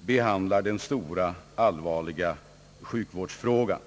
behandlar den stora, allvarliga sjukvårdsfrågan.